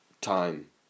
time